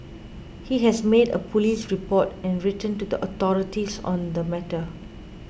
he has made a police report and written to the authorities on the matter